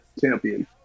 champion